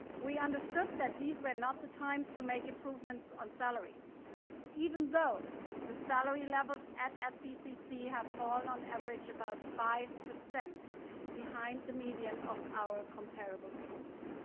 we understood that these were not the times to make improvements on salaries even though the salary levels at sbcc have fallen on average about five percent behind the median of our comparable schools.